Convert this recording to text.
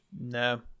no